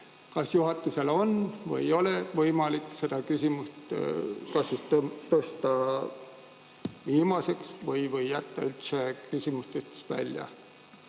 kas juhatusel on või ei ole võimalik seda küsimust kas tõsta viimaseks või jätta üldse küsimustest välja.